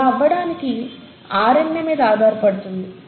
అలా అవ్వటానికి ఆర్ఎన్ఏ మీద ఆధారపడుతుంది